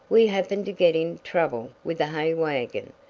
we happened to get in trouble with a hay wagon,